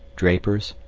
drapers,